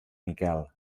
miquel